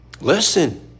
Listen